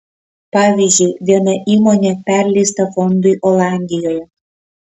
pavyzdžiui viena įmonė perleista fondui olandijoje